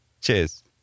Cheers